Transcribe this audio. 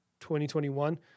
2021